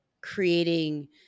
creating